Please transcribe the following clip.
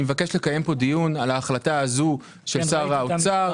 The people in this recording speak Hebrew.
אני מבקש לקיים פה דיון על ההחלטה הזו של שר האוצר,